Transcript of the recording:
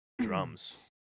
drums